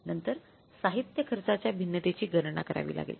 नंतर साहित्य खर्चाच्या भिन्नतेची गणना करावी लागेल